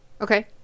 Okay